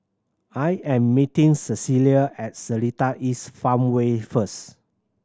I am meeting Cecilia at Seletar East Farmway first